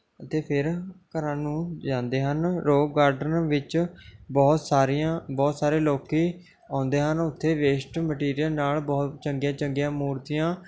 ਅਤੇ ਫਿਰ ਘਰਾਂ ਨੂੰ ਜਾਂਦੇ ਹਨ ਰੌਕ ਗਾਰਡਨ ਵਿੱਚ ਬਹੁਤ ਸਾਰੀਆਂ ਬਹੁਤ ਸਾਰੇ ਲੋਕ ਆਉਂਦੇ ਹਨ ਉੱਥੇ ਵੇਸਟ ਮੈਟੀਰੀਅਲ ਨਾਲ ਬਹੁਤ ਚੰਗੀਆਂ ਚੰਗੀਆਂ ਮੂਰਤੀਆਂ